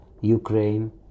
Ukraine